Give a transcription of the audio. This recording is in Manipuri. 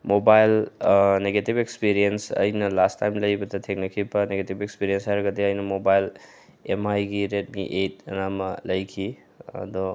ꯃꯣꯕꯥꯏꯜ ꯅꯦꯒꯦꯇꯤꯕ ꯑꯦꯛꯁꯄꯤꯔꯦꯟꯁ ꯑꯩꯅ ꯂꯥꯁ ꯇꯥꯏꯝ ꯂꯩꯕꯗ ꯊꯦꯡꯅꯈꯤꯕ ꯅꯦꯒꯦꯇꯤꯕ ꯑꯦꯛꯁꯄꯤꯔꯦꯟꯁ ꯍꯥꯏꯔꯒꯗꯤ ꯑꯩꯅ ꯃꯣꯕꯥꯏꯜ ꯑꯦꯝ ꯑꯥꯏꯒꯤ ꯔꯦꯗꯃꯤ ꯑꯩꯠ ꯑꯅ ꯑꯃ ꯂꯩꯈꯤ ꯑꯗꯣ